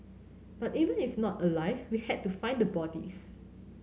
but even if not alive we had to find the bodies